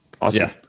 Awesome